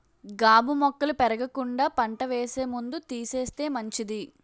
గాబు మొక్కలు పెరగకుండా పంట వేసే ముందు తీసేస్తే మంచిది